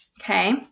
okay